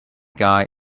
guy